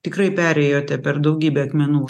tikrai perėjote per daugybę akmenų